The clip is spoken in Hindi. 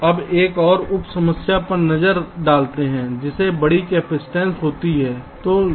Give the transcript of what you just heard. अब एक और उप समस्या पर नजर डालते हैं जिससे बड़ी कैपेसिटेंसस होती है